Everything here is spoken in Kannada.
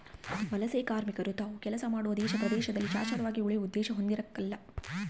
ವಲಸೆಕಾರ್ಮಿಕರು ತಾವು ಕೆಲಸ ಮಾಡುವ ದೇಶ ಪ್ರದೇಶದಲ್ಲಿ ಶಾಶ್ವತವಾಗಿ ಉಳಿಯುವ ಉದ್ದೇಶ ಹೊಂದಿರಕಲ್ಲ